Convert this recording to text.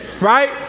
right